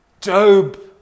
Job